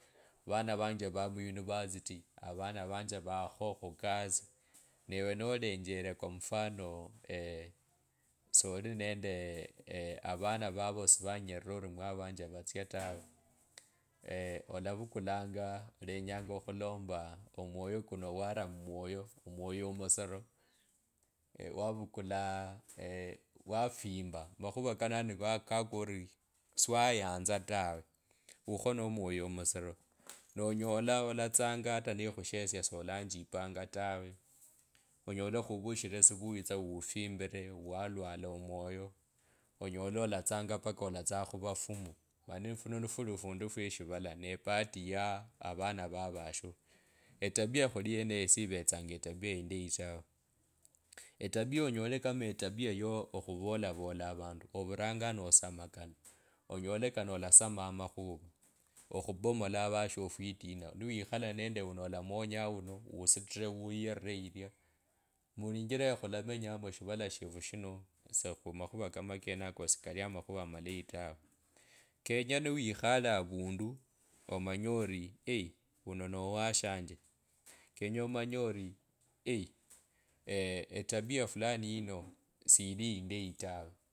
Vana vanje vakho muuniversity, avana vanje vakho khukasi newe nolengele kw mfano ewe soli nende avana vavo sivanyerirwa ori mwa avanje vatsya ta olavukulanga alenya okhulomba omwoyo kuno wara mmwoyo omwoyo omusiro wavukulaa wafimba makhuva kano yani va kakwi ori siwayanza tawe wukho no omwoyo amasiro nonyola hata nekhushesia solanjipa ata, onyole khuvushile tsa subuyi ufimble walwala omwoyo onyole olatsia vaka alatsanga khuvafumu mani funo nifuli ofundu few shivala nebahati ya avana va vasho etabiya khuli yenenk siivetsanga etabiya indayi tawe etabiya onyole kama etabiya ya onyuvolavola avandu ovuranga ano asoma kano onyole kano olasamanga amakhuva okhubomola avasho ofwitina niyekhala nende uno olamonya wuno usitire ulayirira yilia mushivala shefu shino esie khumakhuva kama kenako sikali amakhuvu amakeyi tawe. Kenye niwekhale avandu amanye ori wuno nowashanje kenye omanye ori etabiya etabiya fulani ino siili yindeyi tawe.